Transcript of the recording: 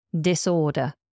Disorder